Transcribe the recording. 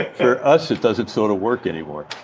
for us it doesn't sort of work anymore.